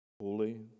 Holy